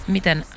Miten